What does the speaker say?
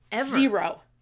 zero